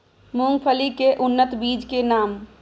मूंगफली के उन्नत बीज के नाम?